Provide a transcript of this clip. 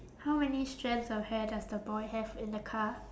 how many strands of hair does the boy have in the car